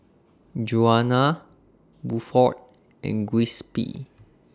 Juana Buford and Giuseppe